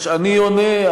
הוא לא, יש, אני עונה.